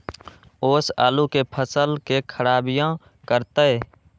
ओस आलू के फसल के खराबियों करतै?